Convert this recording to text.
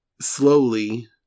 slowly